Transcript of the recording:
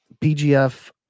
pgf